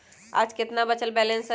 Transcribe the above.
आज केतना बचल बैलेंस हई?